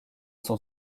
son